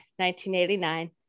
1989